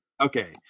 Okay